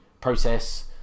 process